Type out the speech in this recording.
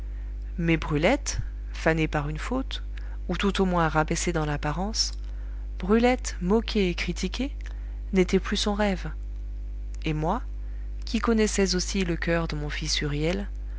mais brulette fanée par une faute ou tout au moins rabaissée dans l'apparence brulette moquée et critiquée n'était plus son rêve et moi qui connaissais aussi le coeur de mon fils huriel